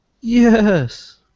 yes